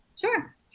Sure